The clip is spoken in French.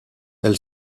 elle